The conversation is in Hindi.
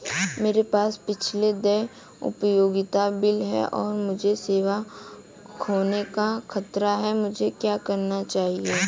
मेरे पास पिछले देय उपयोगिता बिल हैं और मुझे सेवा खोने का खतरा है मुझे क्या करना चाहिए?